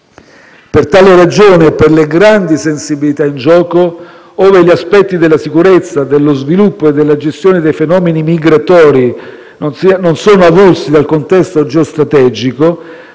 Per tale ragione e per le grandi sensibilità in gioco, ove gli aspetti della sicurezza, dello sviluppo e della gestione dei fenomeni migratori non sono avulsi dal contesto geostrategico,